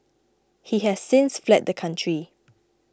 he has since fled the country